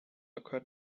occurred